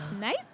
Nice